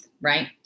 right